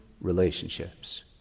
relationships